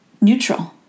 Neutral